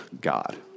God